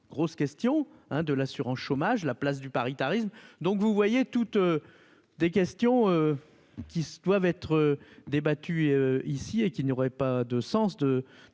grosse question, hein, de l'assurance chômage, la place du paritarisme, donc vous voyez toutes des questions qui doivent être débattus ici et qu'il n'y aurait pas de sens